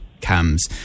Cam's